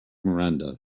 miranda